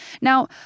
Now